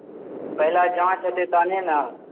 पहिले जांच हेतै तहने ने